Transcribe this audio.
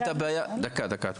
סליחה רגע יש לי בקשה, אנחנו פה